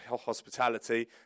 hospitality